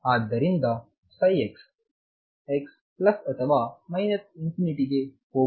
ಆದ್ದರಿಂದ psi x x plus ಅಥವಾ minus infinity ಗೆ ಹೋಗುವಾಗ 0 ಆಗಿರಬೇಕು